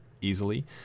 easily